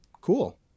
Cool